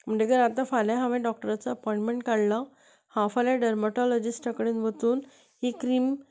म्हणटकच आतां फाल्यां हांवें डॉक्टराचो अपॉयंटमँट काडला हांव फाल्यां डर्मेटॉलॉजिस्टा कडेन वचून ही क्रीम